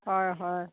হয় হয়